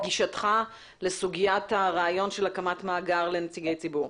בוועדות כנציגי ציבור.